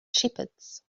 shepherds